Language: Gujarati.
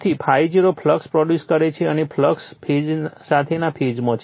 તેથી I0 ફ્લક્સ પ્રોડ્યુસ કરે છે અને ફ્લક્સ સાથેના ફેઝમાં છે